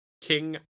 King